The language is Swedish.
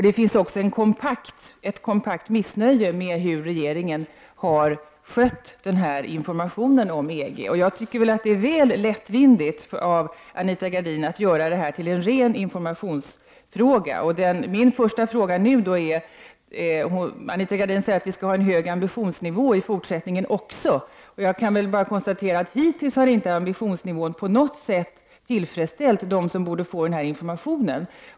Det finns också ett kompakt missnöje med hur regeringen har skött informationen om EG. Det är väl lättvindigt av Anita Gradin att göra det här till en ren informationsfråga. Anita Gradin säger att regeringen skall ha en hög ambitionsnivå också i fortsättningen, och jag kan bara konstatera att ambitionsnivån hittills inte på något sätt har tillfredsställt dem som borde få denna information.